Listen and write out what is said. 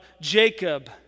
Jacob